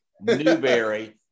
Newberry